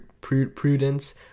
prudence